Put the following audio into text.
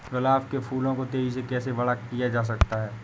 गुलाब के फूलों को तेजी से कैसे बड़ा किया जा सकता है?